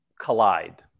collide